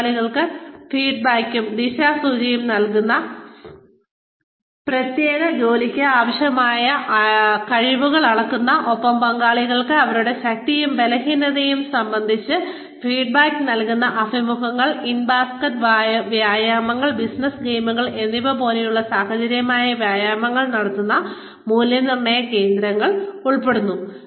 തൊഴിലാളികൾക്ക് ഫീഡ്ബാക്കും ദിശാസൂചനയും നൽകുന്ന പ്രത്യേക ജോലികൾക്ക് ആവശ്യമായ കഴിവുകൾ അളക്കുന്ന ഒപ്പം പങ്കാളികൾക്ക് അവരുടെ ശക്തിയും ബലഹീനതകളും സംബന്ധിച്ച് ഫീഡ്ബാക്ക് നൽകുന്ന അഭിമുഖങ്ങൾ ഇൻ ബാസ്ക്കറ്റ് വ്യായാമങ്ങൾ ബിസിനസ് ഗെയിമുകൾ എന്നിവ പോലുള്ള സാഹചര്യപരമായ വ്യായാമങ്ങൾ നടത്തുന്ന മൂല്യനിർണ്ണയ കേന്ദ്രങ്ങൾ ഉൾപ്പെടുന്നു